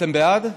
אתם בעד,